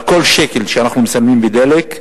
על כל שקל שאנחנו שמים בדלק,